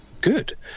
good